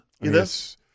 Yes